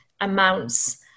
amounts